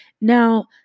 Now